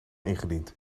ingediend